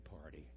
party